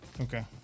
Okay